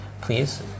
please